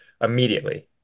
immediately